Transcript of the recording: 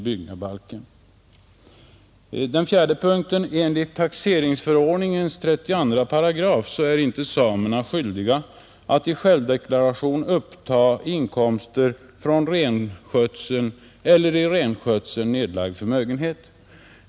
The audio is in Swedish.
4, Enligt taxeringsförordningen 32 § är samer icke skyldiga att i självdeklarationen uppta inkomst från renskötsel eller i renskötseln nedlagd förmögenhet.